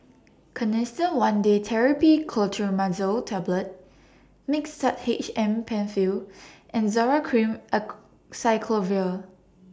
Canesten one Day Therapy Clotrimazole Tablet Mixtard H M PenFill and Zoral Cream Acyclovir